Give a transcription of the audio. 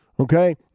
Okay